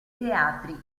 teatri